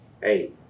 hey